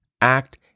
act